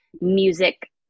music